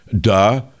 Duh